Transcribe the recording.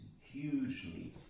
hugely